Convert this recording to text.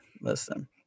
Listen